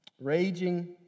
Raging